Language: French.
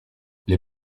les